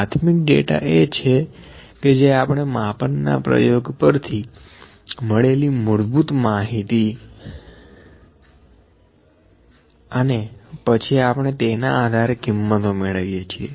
પ્રાથમિક ડેટા એ છે કે જે આપણે માપન ના પ્રયોગ પરથી મળેલી મૂળભૂત માહિતી છે અને પછી આપણે તેના આધારે કિંમતો મેળવીએ છીએ